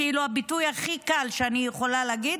הביטוי הכי קל שאני יכולה להגיד,